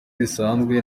bisanzwe